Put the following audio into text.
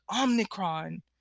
Omicron